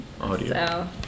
Audio